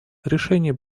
решение